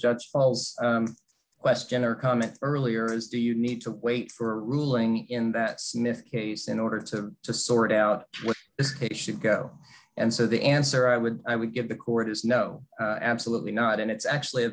judge sauls question or comment earlier is do you need to wait for a ruling in that smith case in order to sort out what this should go and so the answer i would i would give the court is no absolutely not and it's actually a